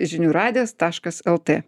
žinių radijas taškas lt